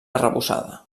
arrebossada